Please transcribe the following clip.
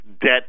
debt